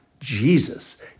Jesus